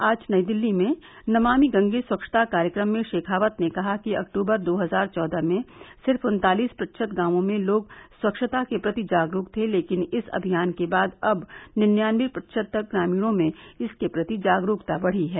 आज नई दिल्ली में नमामि गंगे स्वच्छता कार्यक्रम में शेखावत ने कहा कि अक्तूबर दो हजार चौदह में सिर्फ उन्तालिस प्रतिशत गांवों में लोग स्वच्छता के प्रति जागरूक थे लेकिन इस अभियान के बाद अब निन्यानवे प्रतिशत तक ग्रामीणों में इसके प्रति जागरूकता बढ़ी है